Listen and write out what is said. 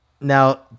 now